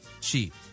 cheap